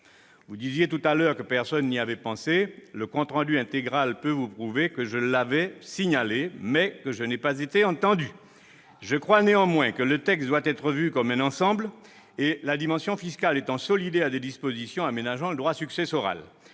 Vous disiez, madame la ministre, que personne n'y avait pensé. Le compte rendu intégral vous prouvera que je l'avais signalé, sans être entendu ! Je crois néanmoins que le texte doit être vu comme un ensemble, la dimension fiscale étant solidaire des dispositions aménageant le droit successoral.